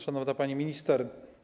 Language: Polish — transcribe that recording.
Szanowna Pani Minister!